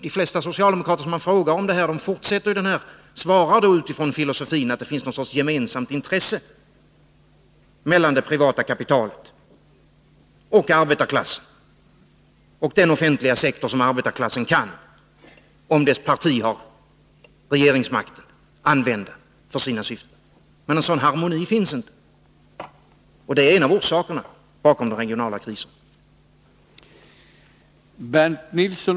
De flesta socialdemokrater som tillfrågats fortsätter med att svara utifrån filosofin att det finns någon sorts gemensamt intresse mellan det privata kapitalet och arbetarklassen och den offentliga sektor som arbetarklassen kan, om dess parti har regeringsmakten, använda för sina syften. Men en sådan harmoni finns inte, och det är en av orsakerna till den regionala krisen.